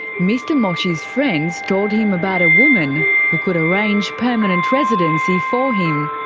mr mochi's friends told him about a woman who could arrange permanent residency for him.